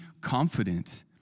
confident